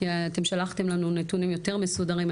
אתם שלחתם לנו נתונים יותר מסודרים,